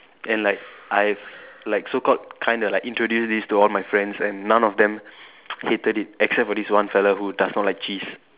and like I like so called kind of like introduce this to all my friends and none of them hated it except for this one fellow who does not like cheese